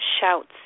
shouts